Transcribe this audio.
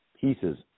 pieces